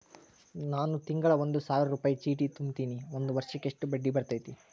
ನಾನು ತಿಂಗಳಾ ಒಂದು ಸಾವಿರ ರೂಪಾಯಿ ಚೇಟಿ ತುಂಬತೇನಿ ಒಂದ್ ವರ್ಷಕ್ ಎಷ್ಟ ಬಡ್ಡಿ ಬರತೈತಿ?